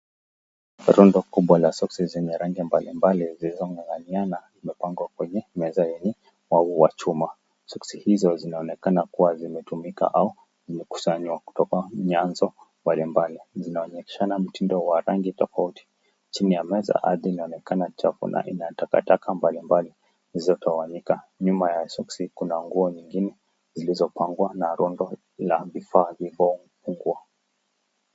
Rundo kubwa la soksi zenye rangi mbalimbali zilizong'ang'ania zimepangwa kwenye meza yenye maua ya chuma. Soksi hizo zinaonekana kuwa zimetumika au zimekusanywa kutoka vyanzo mbalimbali. Zinaonyeshana mtindo wa rangi tofauti. Chini ya meza ardhi inaonekana chafu na ina takataka mbalimbali zilizotawanyika. Nyuma ya soksi kuna nguo nyingine zilizopangwa na rundo la vifaa vilivyopungwa.